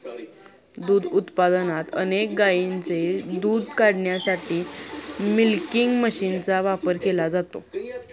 दूध उत्पादनात अनेक गायींचे दूध काढण्यासाठी मिल्किंग मशीनचा वापर केला जातो